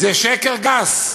זה שקר גס.